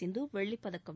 சிந்து வெள்ளிப்பதக்கம்